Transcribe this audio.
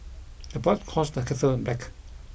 the pot calls the kettle black